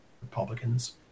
republicans